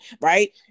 Right